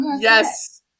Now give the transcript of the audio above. Yes